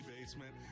basement